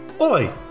Oi